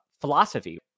philosophy